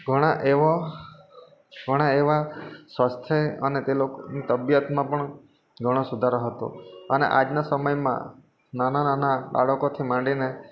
ઘણા એવો ઘણાં એવાં સ્વાસ્થ્ય અને તે લોકોની તબિયતમાં પણ ઘણો સુધારો હતો અને આજના સમયમાં નાનાં નાનાં બાળકોથી માંડીને